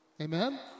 Amen